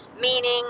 Meaning